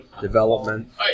development